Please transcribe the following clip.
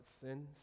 sins